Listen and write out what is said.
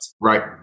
Right